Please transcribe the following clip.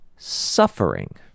suffering